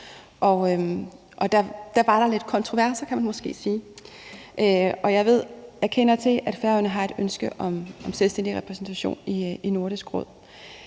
der var der lidt nogle kontroverser, kan man måske sige. Jeg ved, at Færøerne har et ønske om selvstændig repræsentation i Nordisk Råd.